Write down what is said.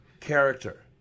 character